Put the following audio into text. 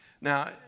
Now